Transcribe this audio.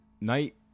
night